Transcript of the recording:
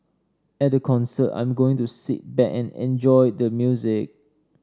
at the concert I'm going to sit back and enjoy the music